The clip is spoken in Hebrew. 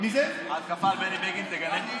תגנה,